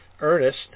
Ernest